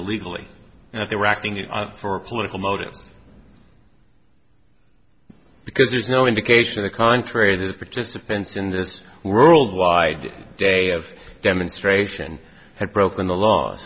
illegally and that they were acting for political motives because there is no indication of the contrary the participants in this worldwide day of demonstration had broken the laws